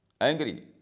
angry